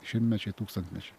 šimtmečiai tūkstantmečiai